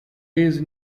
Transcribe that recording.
raised